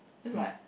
is like